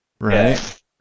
right